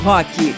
Rock